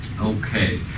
Okay